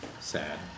sad